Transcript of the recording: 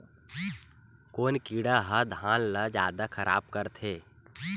कोन कीड़ा ह धान ल जादा खराब करथे?